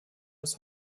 das